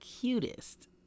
cutest